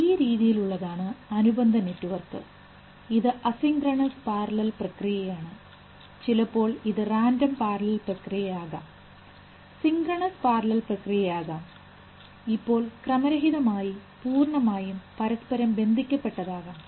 ഈ രീതിയിലുള്ളതാണ് അനുബന്ധ നെറ്റ്വർക്ക് ഇത് അസിക്രണസ് പാരലൽ പ്രക്രിയയാണ് ചിലപ്പോൾ ഇത് റാൻഡം പാരലൽ പ്രക്രിയയാകാം സിക്രണസ് പാരലൽ പ്രക്രിയയാകാം ഇപ്പോൾ ക്രമരഹിതമായി പൂർണ്ണമായും പരസ്പരം ബന്ധിപ്പിക്കപ്പെട്ടതാകാം